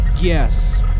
yes